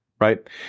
right